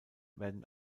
werden